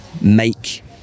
make